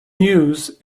news